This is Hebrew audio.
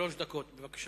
שלוש דקות, בבקשה.